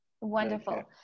Wonderful